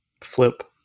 flip